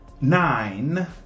nine